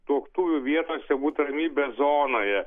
tuoktuvių vietose būt ramybės zonoje